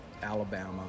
Alabama